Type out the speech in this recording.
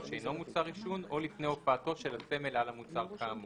שאינו מוצר עישון או לפני הופעתו של הסמל על המוצר כאמור.